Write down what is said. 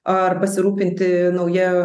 ar pasirūpinti nauja